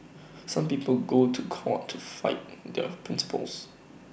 some people go to court to fight their principles